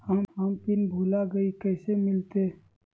हम पिन भूला गई, कैसे मिलते?